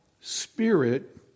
Spirit